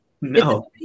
No